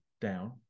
down